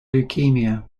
leukaemia